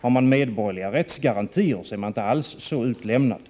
Har man medborgerliga rättsgarantier är man inte alls så utlämnad